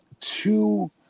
two